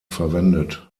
verwendet